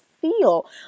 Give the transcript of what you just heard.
feel